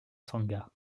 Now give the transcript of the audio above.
sangha